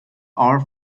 are